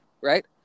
right